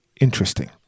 interesting